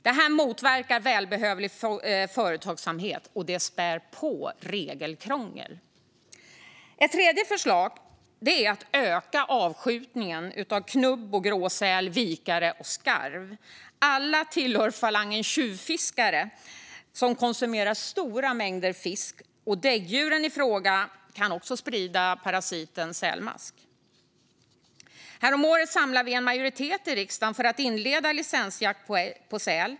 Det här motverkar välbehövlig företagsamhet och spär på regelkrånglet. Ett tredje förslag är att öka avskjutningen av knubbsäl och gråsäl, vikare och skarv. Alla tillhör falangen tjuvfiskare som konsumerar stora mängder fisk. Däggdjuren i fråga kan också sprida parasiten sälmask. Häromåret samlade vi en majoritet i riksdagen för att tillåta licensjakt på säl.